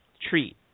treat